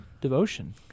devotion